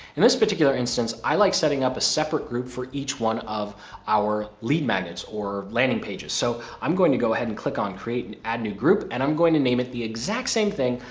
in this particular instance, i like setting up a separate group for each one of our lead magnets or landing pages. so i'm going to go ahead and click on create an add a new group and i'm going to name it the exact same thing,